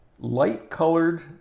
light-colored